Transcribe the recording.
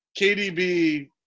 KDB